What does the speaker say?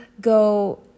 go